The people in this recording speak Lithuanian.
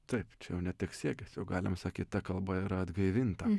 taip čia jau ne tik siekis jau galim sakyt ta kalba yra atgaivinta